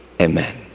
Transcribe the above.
Amen